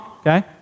okay